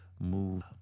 move